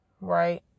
right